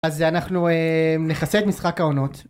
אז אנחנו נכסה את משחק העונות